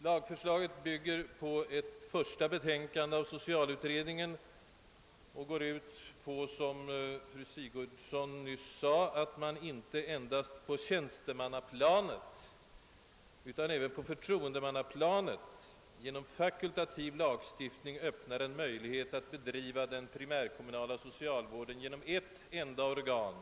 Lagförslaget bygger på ett första betänkande av socialutredningen och går ut på att man inte endast på tjänstemannaplanet, utan även på förtroende mannaplanet genom en fakultativ lagstiftning öppnar en möjlighet, som fru Sigurdsen nyss sade, att bedriva den primärkommunala socialvården genom ett enda organ.